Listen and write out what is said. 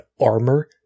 armor